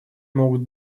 могут